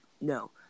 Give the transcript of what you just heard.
No